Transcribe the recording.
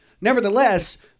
Nevertheless